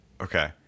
Okay